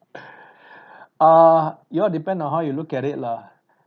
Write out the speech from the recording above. err it all depend on how you look at it lah